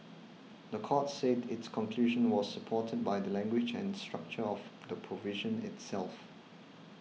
the court said its conclusion was supported by the language and structure of the provision itself